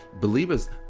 believers